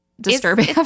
disturbing